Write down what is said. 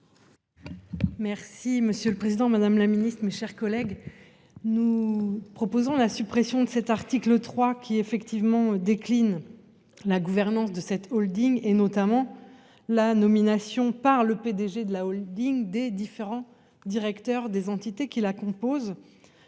Merci, monsieur le Président Madame la Ministre, mes chers collègues, nous proposons la suppression de cet article 3 qui effectivement décline la gouvernance de cette Holding et notamment la nomination par le PDG de la Holding des différents directeurs des entités qui la composent.